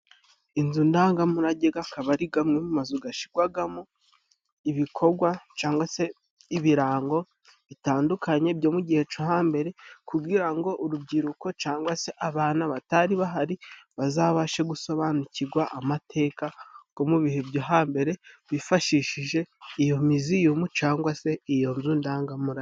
Inzu ndangamurage gakaba ari gamwe mu mazu gashirwagamo ibikorwa cangwa se ibirango bitandukanye byo mu gihe co hambere, kugira ngo urubyiruko cangwa se abana batari bahari bazabashe gusobanukigwa amateka go mu bihe byo hambere, bifashishije iyo miziyumu cangwa se iyo nzu ndangamurage.